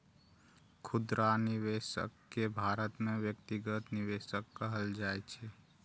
खुदरा निवेशक कें भारत मे व्यक्तिगत निवेशक कहल जाइ छै